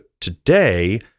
today